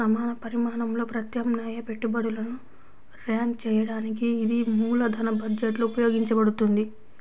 సమాన పరిమాణంలో ప్రత్యామ్నాయ పెట్టుబడులను ర్యాంక్ చేయడానికి ఇది మూలధన బడ్జెట్లో ఉపయోగించబడుతుంది